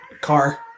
car